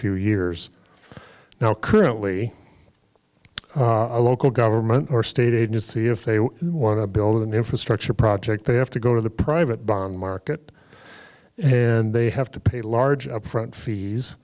few years now currently a local government or state agency if they want to build an infrastructure project they have to go to the private bond market and they have to pay large upfront fees